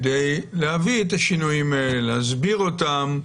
כדי להביא את השינויים האלה, להסביר אותם,